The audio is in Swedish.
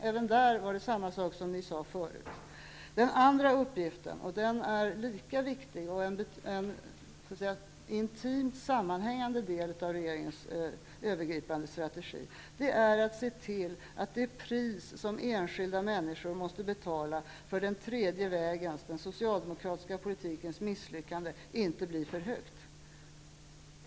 Även det överensstämmer med det som ni förut sade. Den andra uppgiften -- och den är en lika viktig och med regeringens övergripande strategi intimt sammanhängande del -- är att se till att det pris som enskilda människor måste betala för den tredje vägens, den socialdemokratiska politikens, misslyckande inte blir för högt.